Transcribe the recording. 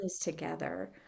together